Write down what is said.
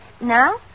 Now